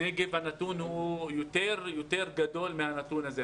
הנתון הוא יותר גבוה מהנתון הזה.